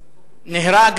נהרג,